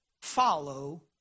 Follow